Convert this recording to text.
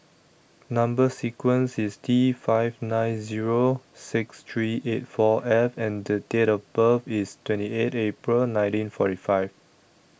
Number sequence IS T five nine Zero six three eight four F and The Date of birth IS twenty eight April nineteen forty five